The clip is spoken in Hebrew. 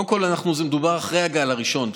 קודם כול, מדובר על אחרי הגל הראשון.